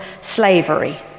slavery